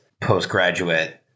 postgraduate